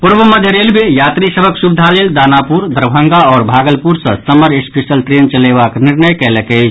पूर्व मध्य रेलवे यात्री सभक सुविधा लेल दानापुर दरभंगा आओर भागलपुर सॅ समर स्पेशल ट्रेन चलयबाक निर्णय कयलक अछि